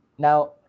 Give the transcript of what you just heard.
Now